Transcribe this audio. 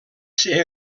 ser